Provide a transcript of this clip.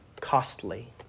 costly